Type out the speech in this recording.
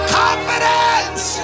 confidence